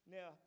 Now